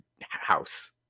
house